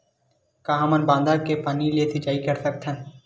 का हमन बांधा के पानी ले सिंचाई कर सकथन?